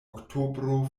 oktobro